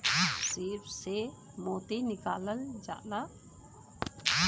सीप से मोती निकालल जाला